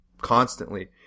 constantly